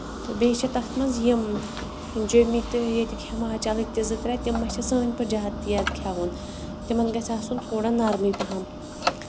تہٕ بیٚیہِ چھِ تِتھ منٛز یِم جمِکۍ تہٕ ییٚتِکۍ ہِماچلٕکۍ زٕ ترٛےٚ تِم مہ چھِ سٲنۍ پٲٹھۍ زیادٕ تیز کھیٚوان تِمن گژھِ آسُن تھوڑا نَرمٕے پَہم